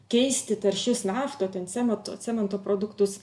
keisti taršius naftos ten cemento cemento produktus